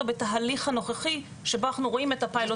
בתהליך הנוכחי שבו אנחנו רואים את הפיילוט.